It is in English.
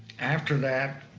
after that,